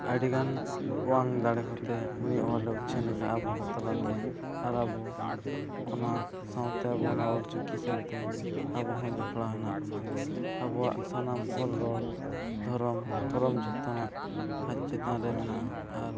ᱟᱹᱰᱤᱜᱟᱱ ᱚᱣᱟᱝ ᱫᱟᱲᱮ ᱠᱚᱛᱮ ᱩᱱᱤ ᱚᱞᱮ ᱩᱪᱷᱟᱹᱱ ᱟᱠᱟᱜᱼᱟ ᱟᱵᱚ ᱠᱚ ᱛᱟᱞᱟᱛᱮ ᱟᱨ ᱟᱵᱚ ᱚᱱᱟ ᱥᱟᱶᱛᱮ ᱟᱵᱚ ᱚᱱᱟ ᱚᱞ ᱪᱤᱠᱤ ᱥᱟᱶᱛᱮ ᱟᱵᱚᱦᱚᱸ ᱡᱚᱯᱲᱟᱣ ᱦᱮᱱᱟᱜ ᱵᱚᱱᱟ ᱟᱵᱚᱣᱟᱜ ᱥᱟᱱᱟᱢ ᱚᱞ ᱨᱚᱲ ᱫᱷᱚᱨᱚᱢ ᱠᱚᱨᱚᱢ ᱡᱚᱛᱚᱱᱟᱜ ᱟᱡ ᱪᱮᱛᱟᱱ ᱨᱮ ᱢᱮᱱᱟᱜᱼᱟ ᱟᱨ